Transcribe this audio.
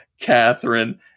Catherine